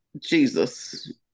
Jesus